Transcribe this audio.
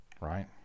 right